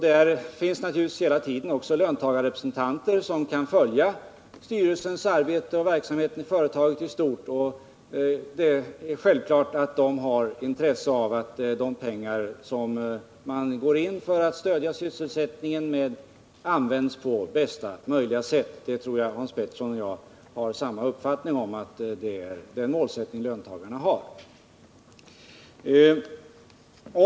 Där finns naturligtvis också hela tiden löntagarrepresentanter som följer styrelsens arbete och verksamheten inom företaget i stort. Det är självklart att dessa har intresse av att de pengar som man går in för att stödja sysselsättningen med används på bästa möjliga sätt. Jag tror att Hans Pettersson och jag är överens om att det är den målsättningen löntagarna har.